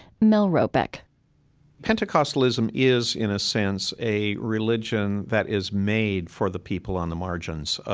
mel robeck pentecostalism is, in a sense, a religion that is made for the people on the margins,